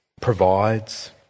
provides